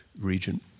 region